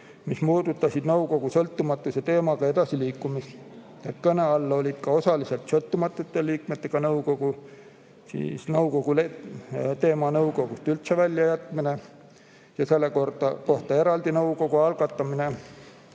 mis puudutasid nõukogu sõltumatuse teemaga edasi liikumist. Kõne all olid ka osaliselt sõltumatute liikmetega nõukogu, nõukogu teema üldse välja jätmine ja selle kohta eraldi eelnõu algatamine,